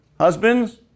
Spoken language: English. Husbands